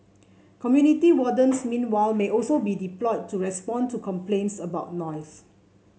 community wardens meanwhile may also be deployed to respond to complaints about noise